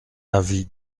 avis